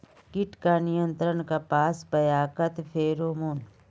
कीट का नियंत्रण कपास पयाकत फेरोमोन?